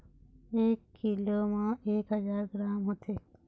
एक कीलो म एक हजार ग्राम होथे